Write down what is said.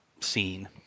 Scene